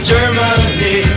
Germany